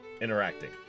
interacting